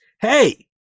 hey